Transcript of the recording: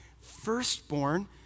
firstborn